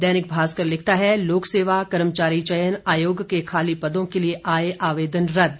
दैनिक भास्कर लिखता है लोक सेवा कर्मचारी चयन आयोग के खाली पदों के लिए आए आवेदन रद्द